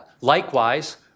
Likewise